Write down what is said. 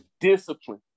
discipline